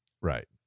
right